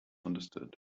understood